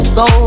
go